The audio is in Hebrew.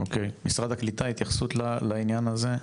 אוקי, משרד העלייה והקליטה התייחסות לעניין הזה?